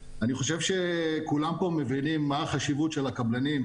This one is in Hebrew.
אני חושב שכולם פה מבינים מה החשיבות של הקבלנים,